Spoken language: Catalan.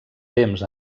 temps